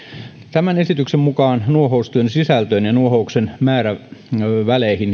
tämän esityksen mukaan nuohoustyön sisältöön ja nuohouksen määrän väleihin